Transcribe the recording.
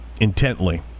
Intently